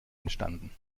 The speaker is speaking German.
entstanden